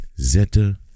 Zeta